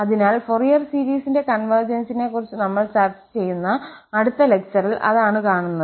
അതിനാൽ ഫൊറിയർ സീരീസിന്റെ കൺവെർജെൻസിനെക്കുറിച്ച് നമ്മൾ ചർച്ച ചെയ്യുന്ന അടുത്ത ലെക്ചറിൽ അതാണ് കാണുന്നത്